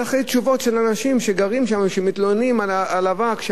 זה אחרי תשובות של אנשים שגרים שם ומתלוננים על האבק,